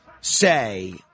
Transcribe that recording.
say